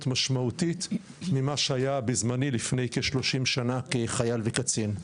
משמעותית ממה שהיה בזמני לפני כ-30 שנה כחייל וקצין.